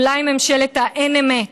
אולי ממשלת ה"אין אמת",